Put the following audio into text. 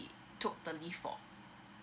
took the leave for